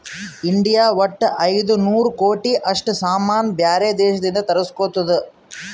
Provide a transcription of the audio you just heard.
India ವಟ್ಟ ಐಯ್ದ ನೂರ್ ಕೋಟಿ ಅಷ್ಟ ಸಾಮಾನ್ ಬ್ಯಾರೆ ದೇಶದಿಂದ್ ತರುಸ್ಗೊತ್ತುದ್